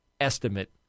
estimate